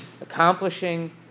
accomplishing